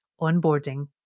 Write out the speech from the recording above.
onboarding